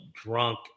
drunk